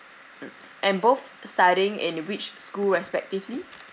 mm and both studying in which school respectively